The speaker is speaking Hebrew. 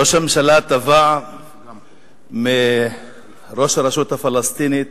ראש הממשלה תבע מראש הרשות הפלסטינית